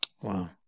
Wow